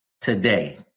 today